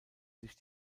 sich